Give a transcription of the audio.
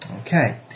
Okay